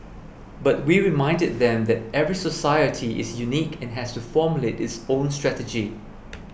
but we reminded them that every society is unique and has to formulate its own strategy